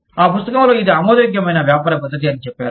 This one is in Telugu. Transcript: ఆ పుస్తకంలో ఇది ఆమోదయోగ్యమైన వ్యాపార పద్ధతి అని చెప్పారు